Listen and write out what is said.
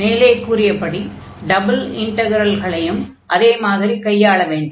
மேலே கூறியபடி டபுள் இன்டக்ரல்களையும் அதே மாதிரி கையாள வேண்டும்